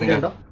and